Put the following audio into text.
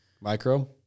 Micro